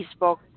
Facebook